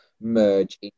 merge